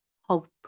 hope